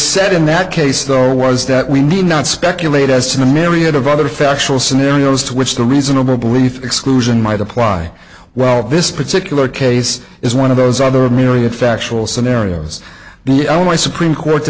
said in that case though was that we need not speculate as to the myriad of other factual scenarios to which the reasonable belief exclusion might apply well this particular case is one of those other myriad factual scenarios the only supreme court